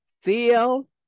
feel